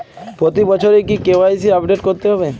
প্রতি বছরই কি কে.ওয়াই.সি আপডেট করতে হবে?